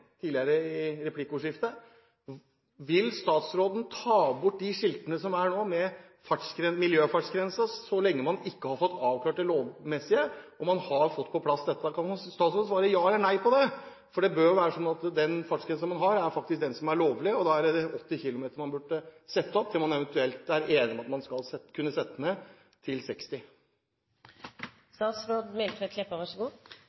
tidligere i replikkordskiftet – vil statsråden ta bort de skiltene med miljøfartsgrensen som nå er oppe, så lenge man ikke har fått avklart det lovmessige? Kan statsråden svare ja eller nei på det? For det bør jo være sånn at den fartsgrensen man har, faktisk er den lovlige, og da er det skilt med 80 km i timen man burde sette opp, til man eventuelt er enige om at man skal kunne sette fartsgrensen ned til